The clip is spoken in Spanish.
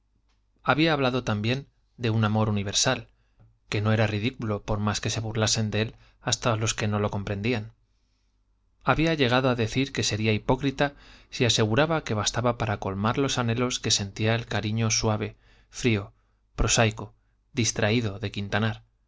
había hablado también de un amor universal que no era ridículo por más que se burlasen de él los que no lo comprendían había llegado a decir que sería hipócrita si aseguraba que bastaba para colmar los anhelos que sentía el cariño suave frío prosaico distraído de quintanar